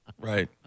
Right